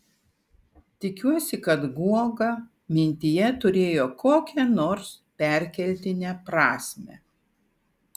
tikiuosi kad guoga mintyje turėjo kokią nors perkeltinę prasmę